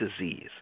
disease